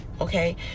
okay